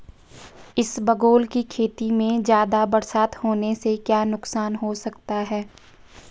इसबगोल की खेती में ज़्यादा बरसात होने से क्या नुकसान हो सकता है?